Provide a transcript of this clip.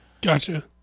Gotcha